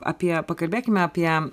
apie pakalbėkime apie